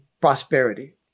prosperity